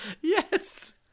Yes